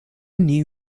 new